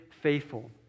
faithful